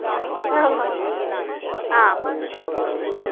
कथा वा